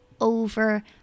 over